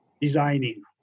designing